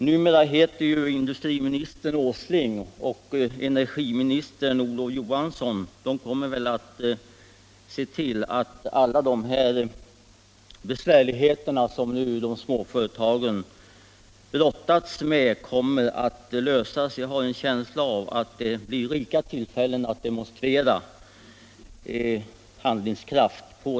Numera heter industriministern som bekant Åsling, och han och cener som småföretagen brottas med lindras. Jag har en känsla av att det blir rika tillfällen att här demonstrera handlingskraft.